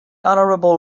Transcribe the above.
honorable